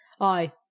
I